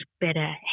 better